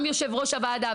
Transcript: גם יושב ראש הוועדה,